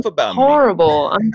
horrible